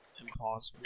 impossible